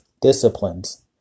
Disciplines